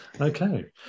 Okay